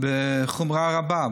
בחומרה רבה.